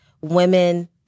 women